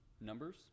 numbers